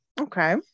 okay